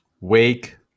Wake